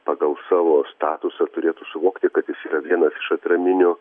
pagal savo statusą turėtų suvokti kad jis yra vienas iš atraminių